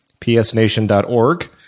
psnation.org